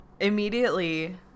Immediately